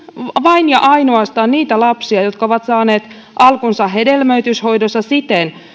vain ja ainoastaan niitä lapsia jotka ovat saaneet alkunsa hedelmöityshoidoissa siten